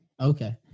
Okay